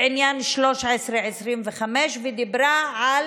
בעניין 1325, ודיברה על